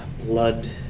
Blood